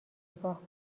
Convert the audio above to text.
نگاه